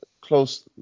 close